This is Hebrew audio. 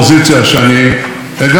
הם ביקשו, והם יקבלו תשובות.